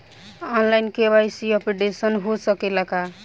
आन line KYC updation हो सकेला का?